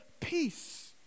Peace